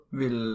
vil